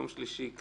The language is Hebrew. ביום שלישי,